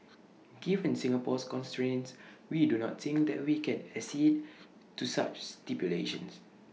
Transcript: given Singapore's constraints we do not think that we can accede to such stipulations